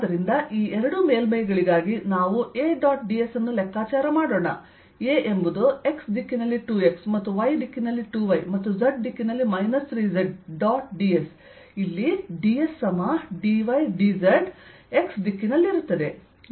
ಆದ್ದರಿಂದ ಈ ಎರಡು ಮೇಲ್ಮೈಗಳಿಗಾಗಿ ನಾವು A ಡಾಟ್ ds ಅನ್ನು ಲೆಕ್ಕಾಚಾರ ಮಾಡೋಣ A ಎಂಬುದು x ದಿಕ್ಕಿನಲ್ಲಿ 2x ಮತ್ತು y ದಿಕ್ಕಿನಲ್ಲಿ 2y ಮತ್ತು z ದಿಕ್ಕಿನಲ್ಲಿ ಮೈನಸ್ 3z ಡಾಟ್ dsಇಲ್ಲಿds dy dz x ದಿಕ್ಕಿನಲ್ಲಿರುತ್ತದೆ